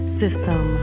system